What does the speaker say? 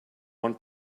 one